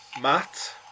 Matt